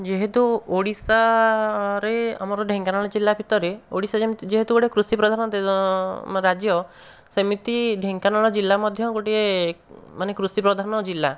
ଯେହେତୁ ଓଡ଼ିଶାରେ ଆମର ଢେଙ୍କାନାଳ ଜିଲ୍ଲା ଭିତରେ ଓଡ଼ିଶା ଯେମିତି ଯେହେତୁ ଗୋଟିଏ କୃଷି ପ୍ରଧାନ ରାଜ୍ୟ ସେମିତି ଢେଙ୍କାନାଳ ଜିଲ୍ଲା ମଧ୍ୟ ଗୋଟିଏ ମାନେ କୃଷି ପ୍ରଧାନ ଜିଲ୍ଲା